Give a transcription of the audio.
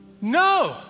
No